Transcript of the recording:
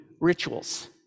rituals